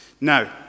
Now